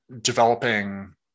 developing